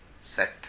set